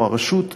או הרשות תוכל,